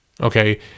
Okay